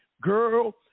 girl